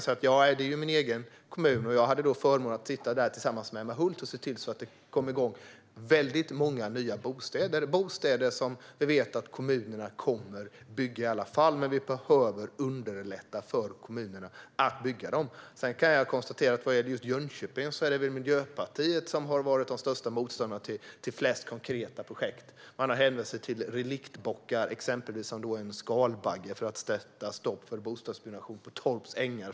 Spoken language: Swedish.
Jönköping är min hemkommun, och jag hade förmånen att sitta där tillsammans med Emma Hult och se till att byggandet av väldigt många nya bostäder kom igång. Det handlar om bostäder som vi vet att kommunerna i alla fall kommer att bygga, men vi behöver underlätta för kommunerna att bygga dem. Vad gäller just Jönköping har nog Miljöpartiet varit de största motståndarna till flest konkreta projekt. Man har exempelvis hänvisat till reliktbockar, som är en skalbagge, för att sätta stopp för bostadsbyggnation på Torps ängar.